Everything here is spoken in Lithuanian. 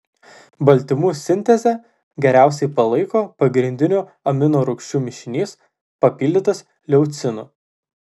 baltymų sintezę geriausiai palaiko pagrindinių aminorūgščių mišinys papildytas leucinu